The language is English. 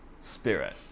spirit